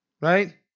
right